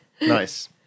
Nice